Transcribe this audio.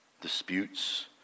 disputes